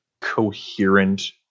coherent